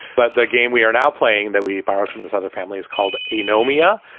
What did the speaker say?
but the game we are now playing that we borrowed from this other family is called encomia.